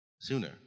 sooner